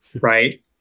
right